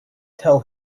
tell